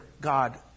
God